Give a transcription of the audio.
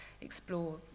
explore